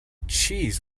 cheese